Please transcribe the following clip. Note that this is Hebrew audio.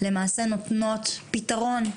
למעשה נותנות פתרון.